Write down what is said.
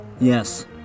Yes